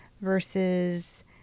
versus